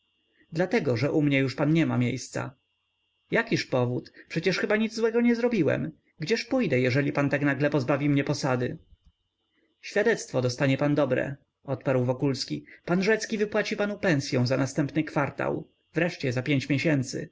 dlatego że u mnie już pan nie ma miejsca jakiż powód przecie chyba nic złego nie zrobiłem gdzież pójdę jeżeli pan tak nagle pozbawi mnie posady świadectwo dostanie pan dobre odparł wokulski pan rzecki wypłaci panu pensyą za następny kwartał wreszcie za pięć miesięcy